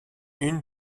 une